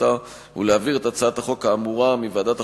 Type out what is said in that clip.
החלטתה ולהעביר את הצעת החוק האמורה מוועדת החוקה,